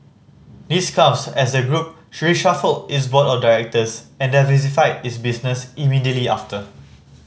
this comes as the group reshuffled its board of directors and diversified its business immediately after